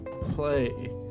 Play